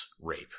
rape